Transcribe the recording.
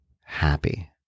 happy